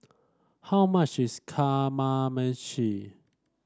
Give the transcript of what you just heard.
how much is Kamameshi